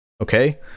Okay